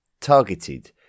targeted